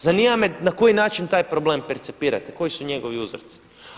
Zanima me na koji način taj problem percipirati, koji su njegovi uzroci?